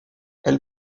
elle